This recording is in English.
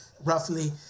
roughly